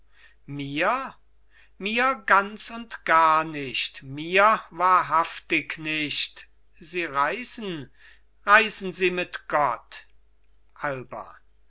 mir mir ganz und gar nicht mir wahrhaftig nicht sie reisen reisen sie mit gott alba